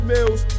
Mills